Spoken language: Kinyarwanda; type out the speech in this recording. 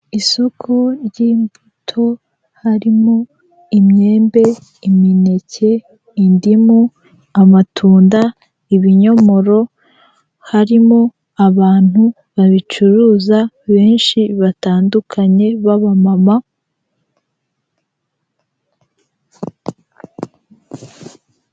Isoko ry'imbuto harimo; imyembe, imineke, indimu, amatunda, ibinyomoro, harimo abantu babicuruza benshi batandukanye b'abamama.